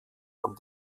von